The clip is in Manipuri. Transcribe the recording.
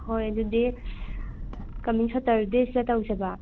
ꯍꯣꯏ ꯑꯗꯨꯨꯗꯤ ꯀꯃꯤꯡ ꯁꯦꯇꯔꯗꯦꯁꯤꯗ ꯇꯧꯁꯦꯕ